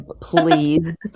please